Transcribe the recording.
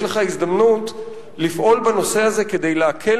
יש לך הזדמנות לפעול בנושא הזה כדי להקל